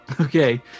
Okay